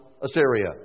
Assyria